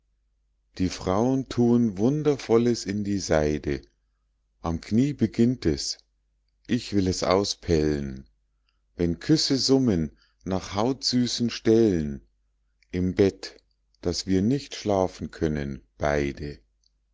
die frauen tuen wundervolles in die seide am knie beginnt es ich will es auspellen wenn küsse summen nach hautsüßen stellen im bett daß wir nicht schlafen können beide